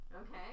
Okay